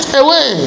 away